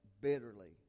bitterly